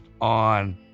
on